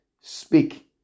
Speak